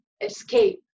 escape